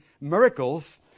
miracles